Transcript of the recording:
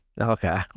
Okay